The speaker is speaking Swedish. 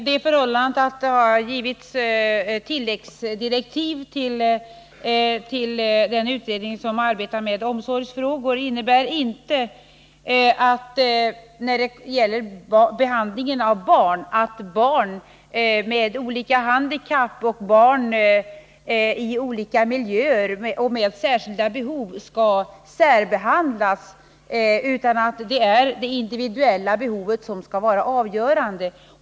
Det förhållandet att det givits tilläggsdirektiv till den utredning som arbetar med omsorgsfrågor innebär inte att barn med olika handikapp och barn i olika miljöer med särskilda behov skall särbehandlas, utan det är det individuella behovet som skall vara avgörande.